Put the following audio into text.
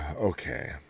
Okay